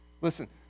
Listen